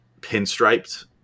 pinstriped